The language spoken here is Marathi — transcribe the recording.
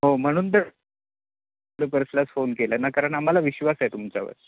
हो म्हणून तर पर्सनल फोन केला ना कारण आम्हाला विश्वास आहे तुमच्यावर